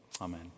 Amen